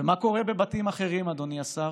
מה קורה בבתים אחרים, אדוני השר?